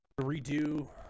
redo